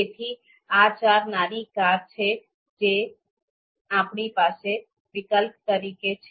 તેથી આ ચાર નાની કાર છે જે આપણી પાસે વિકલ્પ તરીકે છે